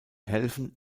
helfen